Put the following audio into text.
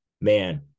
man